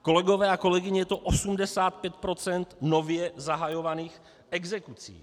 Kolegové a kolegyně, je to 85 % nově zahajovaných exekucí.